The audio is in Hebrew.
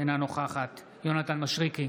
אינה נוכחת יונתן מישרקי,